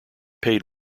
paid